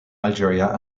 algeria